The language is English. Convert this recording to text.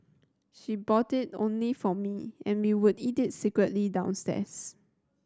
she bought it only for me and we would eat it secretly downstairs